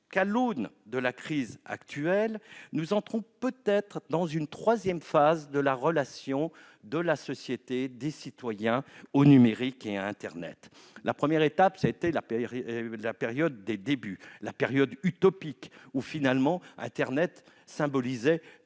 que, à l'aune de la crise actuelle, nous entrons peut-être dans une troisième phase de la relation des citoyens au numérique et à internet. La première phase, ce fut la période des débuts, la période utopique où internet symbolisait